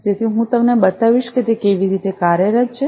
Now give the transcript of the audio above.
તેથી હું તમને બતાવીશ કે તે કેવી રીતે કાર્યરત છે